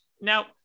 Now